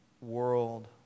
world